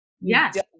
Yes